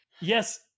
Yes